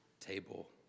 table